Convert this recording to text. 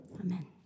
Amen